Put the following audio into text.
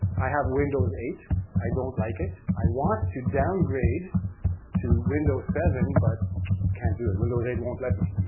i have windows eight i don't like it. i want to downgrade to windows seven, but can't do it, windows eight won't let me.